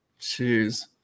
Jeez